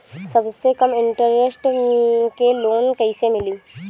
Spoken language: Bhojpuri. सबसे कम इन्टरेस्ट के लोन कइसे मिली?